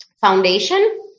foundation